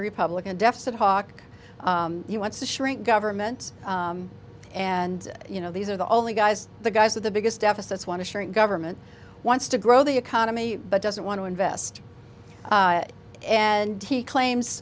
republican deficit hawk he wants to shrink government and you know these are the only guys the guys of the biggest deficits want to shrink government wants to grow the economy but doesn't want to invest and he claims